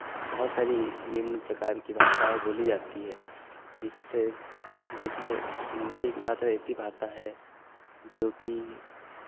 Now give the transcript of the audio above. बहुत सारी निम्न प्रकार की भाषाएँ बोली जाती है जिससे जिसमें हिन्दी एकमात्र ऐसी भाषा है जो कि